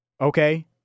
Okay